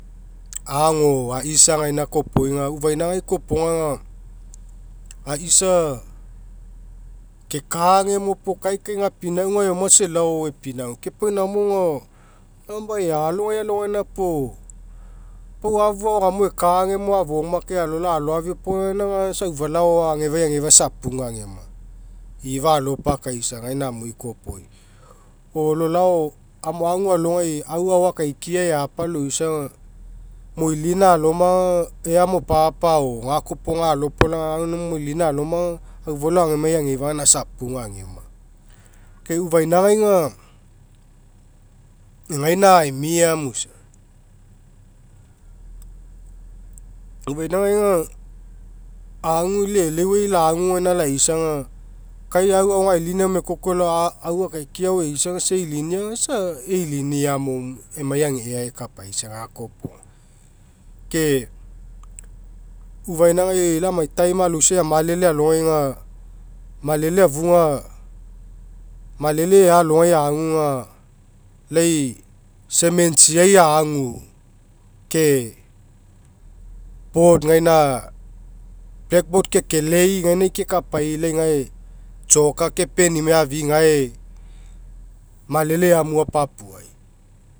Ago aisa gaina kopoi aga ufuinagai kopoga aga aisa keka agemo puo kai kai gapinauga eomaaga isa elao epinauga, pau namo aga number ealogai alogaina puo pau afu agao gamo eka'agemo afoma kai alolao aloafi opoguina aga isa aufalao agao ageiga isa apuga ageoma. Ifa alopakaisa gaina amui kopoi. Puo lolao emu agualogai ai ao akaikia eapa loisa aga moilina aloma aga ea mopapa or gakoga alopolaga au gaina moilina alona aga aufalao agemai ageifa isa apuga ageoma. Ke ufainagai aga gaina aemia moisa. Ufainagai aga agu lau eleuai lagu gaina laisa aga kai au gailina eomo ekoko elaoa a au akaikia ao eisa aga isa eilinia aga isa eiliniamo emai ega ea ekapaisa. Ke ufainagai lai emai time aloisai amalele alogai aga malele afuga malele ea alogai agu aga lai cementsial agu ke board gaina blackboard kekelei gaina kekapai lai gaina choka kepenimaib afi'i gae malele aimu apapuai.